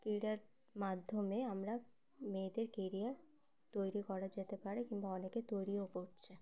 ক্রীড়ার মাধ্যমে আমরা মেয়েদের কেরিয়ার তৈরি করা যেতে পারে কিংবা অনেকে তৈরিও করছে